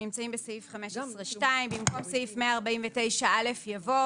בסעיף 15(2). במקום סעיף 149א יבוא: